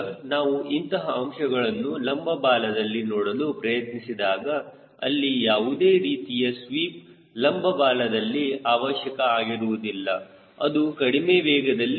ಈಗ ನಾವು ಇಂತಹ ಅಂಶಗಳನ್ನು ಲಂಬ ಬಾಲದಲ್ಲಿ ನೋಡಲು ಪ್ರಯತ್ನಿಸಿದಾಗ ಅಲ್ಲಿ ಯಾವುದೇ ರೀತಿಯ ಸ್ವೀಪ್ ಲಂಬ ಬಾಲದಲ್ಲಿ ಅವಶ್ಯಕ ಆಗಿರುವುದಿಲ್ಲ ಅದು ಕಡಿಮೆ ವೇಗದಲ್ಲಿ